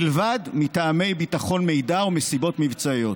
מלבד מטעמי ביטחון מידע ומסיבות מבצעיות.